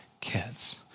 kids